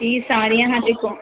ਇਹ ਸਾਰੀਆਂ ਹਾਲੇ